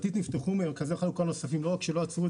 אותם מכתבים.